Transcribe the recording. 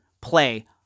play